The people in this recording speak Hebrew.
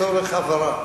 אני מבקש, לצורך הבהרה,